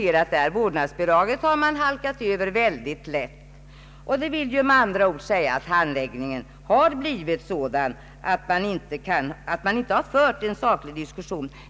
Frågan om vårdnadsbidraget har man t.ex. halkat över snabbt och under handläggningen av ärendet inte fört en saklig diskussion.